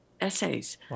essays